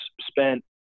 spent